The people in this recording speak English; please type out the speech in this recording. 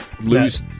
lose